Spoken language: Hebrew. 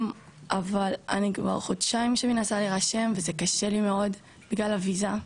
אבל אני כבר חודשיים שמנסה להירשם וזה קשה לי מאוד בגלל הוויזה.